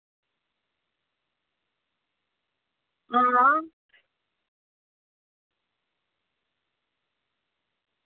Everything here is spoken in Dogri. आं